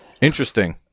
interesting